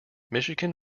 michigan